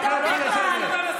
אני אקרא אותך לסדר.